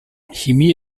chemie